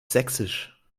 sächsisch